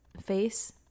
face